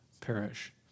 perish